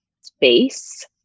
space